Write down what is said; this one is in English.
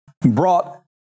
brought